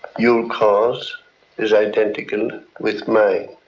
your cause is identical with mine.